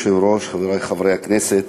אדוני היושב-ראש, חברי חברי הכנסת,